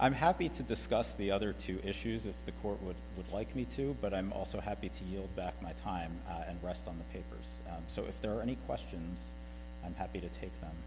i'm happy to discuss the other two issues if the court would would like me to but i'm also happy to yield back my time and rest on the papers so if there are any questions i'm happy to take